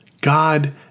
God